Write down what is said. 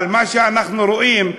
אבל מה שאנחנו רואים,